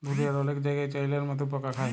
দুঁলিয়ার অলেক জায়গাই চাইলার মতল পকা খায়